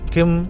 Kim